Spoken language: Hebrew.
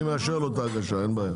אני מאשר לו את ההגשה, אין בעיה.